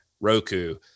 Roku